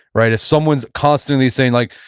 right? if someone's constantly saying like,